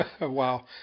Wow